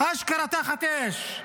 אשכרה תחת אש.